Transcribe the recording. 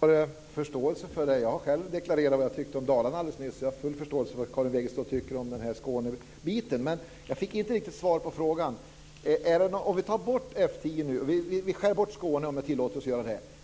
Herr talman! Jag har förståelse för det. Jag har själv deklarerat vad jag tycker om Dalarna alldeles nyss, så jag har full förståelse för vad Karin Wegestål tycker om Skånebiten. Men jag fick inte riktigt svar på frågan. Vi bortser från F 10. Vi skär bort Skåne, om det tillåts.